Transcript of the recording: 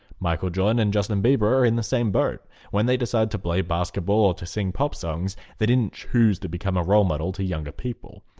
michael jordan and justin bieber are in the same boat when they decided to play basketball or to sing pop songs they didn't choose to become a role model to younger people.